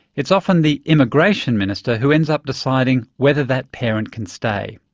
it's often the immigration minister who ends up deciding whether that parent can stay.